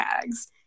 tags